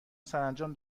سرانجام